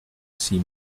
six